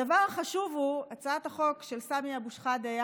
הדבר החשוב הוא הצעת החוק של סמי אבו שחאדה,